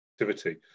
activity